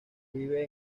vive